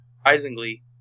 surprisingly